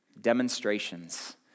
demonstrations